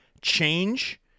change